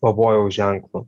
pavojaus ženklu